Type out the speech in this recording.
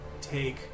take